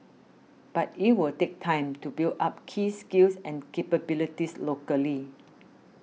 but it will take time to build up key skills and capabilities locally